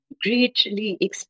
greatly